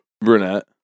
Brunette